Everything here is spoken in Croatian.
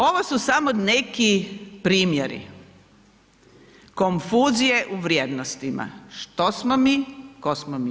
Ovo su samo neki primjeri konfuzije u vrijednostima, što smo mi, tko smo mi.